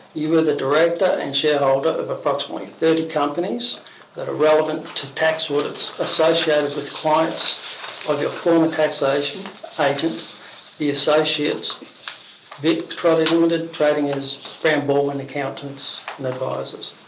you were the director and shareholder of approximately thirty companies that are relevant to tax audits associated with clients of your former taxation agent the associates vic proprietary limited, trading as brown baldwin accountants and advisors.